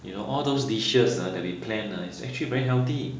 you know all those dishes ha that we plan ha is actually very healthy